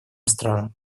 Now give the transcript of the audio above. странам